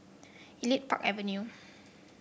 Elite Park Avenue